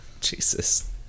Jesus